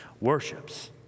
worships